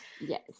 Yes